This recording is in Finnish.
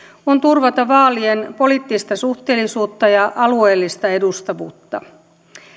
on turvata vaalien poliittista suhteellisuutta ja alueellista edustavuutta